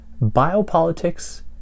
biopolitics